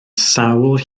sawl